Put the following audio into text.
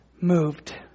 moved